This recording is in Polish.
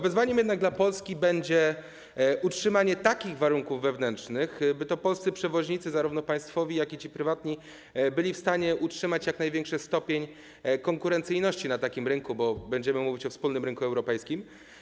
Wyzwaniem dla Polski będzie jednak utrzymanie takich warunków wewnętrznych, by to polscy przewoźnicy, zarówno państwowi, jak i prywatni, byli w stanie utrzymać jak największy stopień konkurencyjności na rynku, a będziemy mówić o wspólnym rynku europejskim.